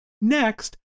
Next